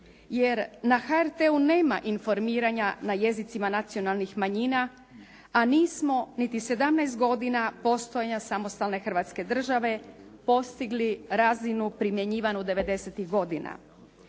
jer na HRT-u nema informiranja na jezicima nacionalnih manjina, a nismo niti 17 godina postojanja samostalne Hrvatske države postigli razinu primjenjivanu devedesetih godina.